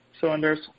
cylinders